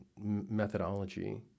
methodology